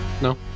No